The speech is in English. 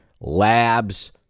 labs